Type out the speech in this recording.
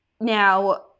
Now